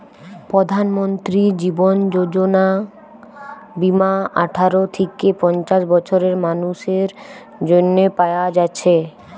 প্রধানমন্ত্রী জীবন যোজনা বীমা আঠারো থিকে পঞ্চাশ বছরের মানুসের জন্যে পায়া যাচ্ছে